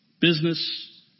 business